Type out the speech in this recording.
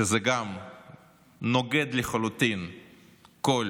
שגם זה נוגד לחלוטין כל